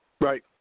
Right